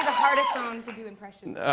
hardest song to do impressions.